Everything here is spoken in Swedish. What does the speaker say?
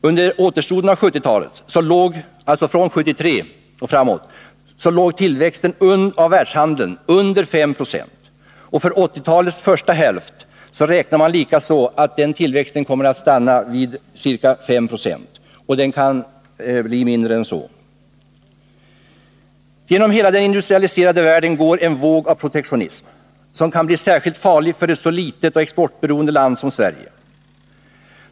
Under återstoden av 1970-talet — från 1973 och framåt — låg tillväxten av världshandeln under 5 90. För 1980-talets första hälft räknar man likaså med att den tillväxten kommer att stanna vid ca 5 70. Och den kan bli mindre än så. Genom hela den industrialiserade världen går en våg av protektionism, som kan bli särskilt farlig för ett så litet och exportberoende land som Sverige.